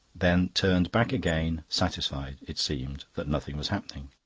then turned back again satisfied, it seemed, that nothing was happening.